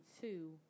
two